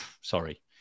sorry